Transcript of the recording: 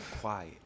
quiet